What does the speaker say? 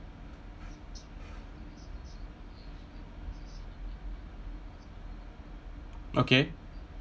okay